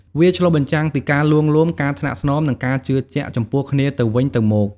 វាឆ្លុះបញ្ចាំងពីការលួងលោម ការថ្នាក់ថ្នម និងការជឿជាក់ចំពោះគ្នាទៅវិញទៅមក។